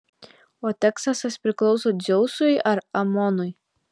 o teksasas priklauso dzeusui ar amonui